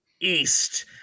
East